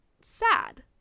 sad